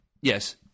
Yes